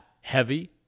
heavy